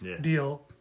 deal